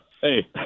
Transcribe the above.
Hey